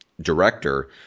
director